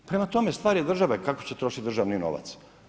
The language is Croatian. Prema tome, stvar je države kako će trošiti državni novac.